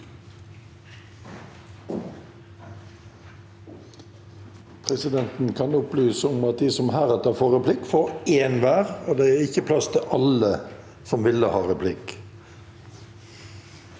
Presidenten kan opplyse om at de som heretter får replikk, får én hver, og det er ikke plass til alle som ville ha replikk.